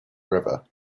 river